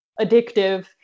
addictive